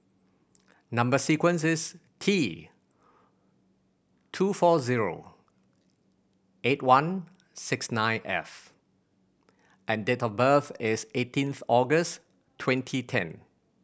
number sequence is T two four zero eight one six nine F and date of birth is eighteenth August twenty ten